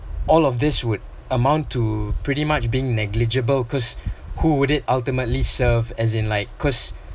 all of these would amount to pretty much being negligible because who would it ultimately serve as in like cause